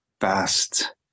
fast